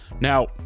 Now